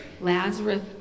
Lazarus